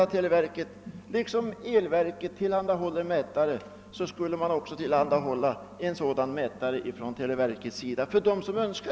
På samma sätt som elverket tillhandahåller mätare borde också televerket tillhandahålla mätare för de abonnenter som så önskar.